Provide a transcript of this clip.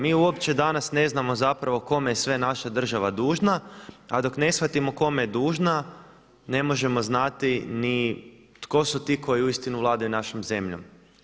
Mi uopće danas ne znamo zapravo kome je sve naša država dužna a dok ne shvatimo kome je dužna ne možemo znati ni tko su ti koji uistinu vladaju našom zemljom?